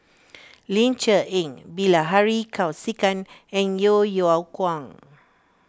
Ling Cher Eng Bilahari Kausikan and Yeo Yeow Kwang